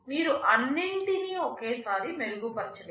మీరు అన్నింటినీ ఒకేసారి మెరుగుపరచలేరు